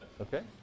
okay